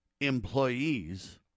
employees